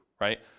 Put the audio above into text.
right